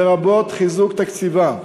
לרבות חיזוק תקציבה.